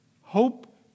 hope